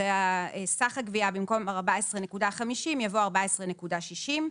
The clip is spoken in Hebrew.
במקום "14.50" יבוא "14.60",